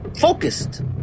focused